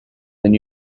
than